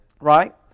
Right